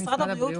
משרד הבריאות.